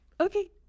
okay